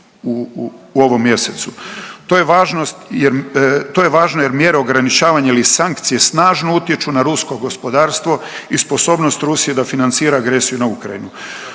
važnost jer, to je važno jer mjere ograničavanja ili sankcije snažno utječu na rusko gospodarstvo i sposobnost Rusije da financira agresiju na Ukrajinu.